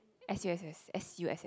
s_u_s_s s_u_s_s